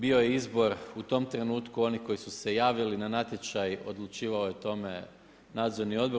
Bio je izbor u tom trenutku onih koji su se javili na natječaj odlučivao je o tome Nadzorni odbor.